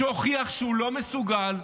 שהוכיח שהוא לא מסוגל,